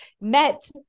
met